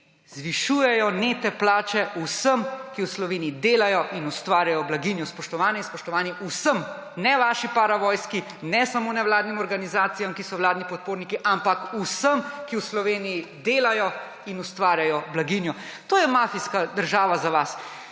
zvišujejo neto plače vsem, ki v Sloveniji delajo in ustvarjajo blaginjo. Spoštovane in spoštovani, vsem! Ne vaši paravojski, ne samo nevladnim organizacijam, ki so vladni podporniki, ampak vsem, ki v Sloveniji delajo in ustvarjajo blaginjo. To je mafijska država za vas.